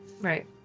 right